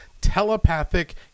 telepathic